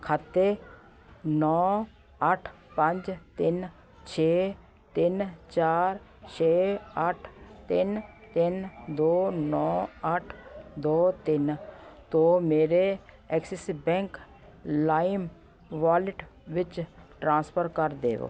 ਖਾਤੇ ਨੌ ਅੱਠ ਪੰਜ ਤਿੰਨ ਛੇ ਤਿੰਨ ਚਾਰ ਛੇ ਅੱਠ ਤਿੰਨ ਤਿੰਨ ਦੋ ਨੌ ਅੱਠ ਦੋ ਤਿੰਨ ਤੋਂ ਮੇਰੇ ਐਕਸਿਸ ਬੈਂਕ ਲਾਇਮ ਵੋਲਿਟ ਵਿੱਚ ਟ੍ਰਾਂਸਫਰ ਕਰ ਦੇਵੋ